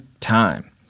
time